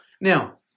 Now